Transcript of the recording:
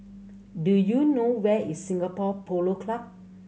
do you know where is Singapore Polo Club